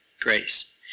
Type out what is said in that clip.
Grace